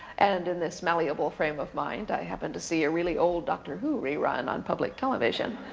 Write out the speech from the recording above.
and in this malleable frame of mind, i happened to see a really old dr. who rerun on public television.